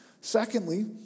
Secondly